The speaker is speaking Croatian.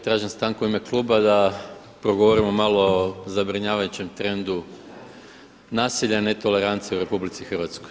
Tražim stanku u ime kluba da progovorimo malo o zabrinjavajućem trendu nasilja i netolerancije u RH.